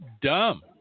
dumb